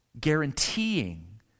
guaranteeing